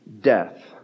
death